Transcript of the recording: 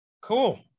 cool